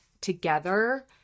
together